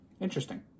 interesting